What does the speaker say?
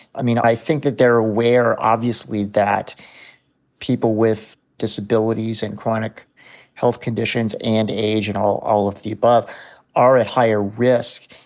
i mean, i think that they're aware obviously that people with disabilities and chronic health conditions and age and all all of the above are at higher risk.